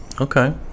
Okay